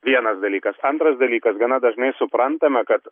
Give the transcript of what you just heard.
vienas dalykas antras dalykas gana dažnai suprantame kad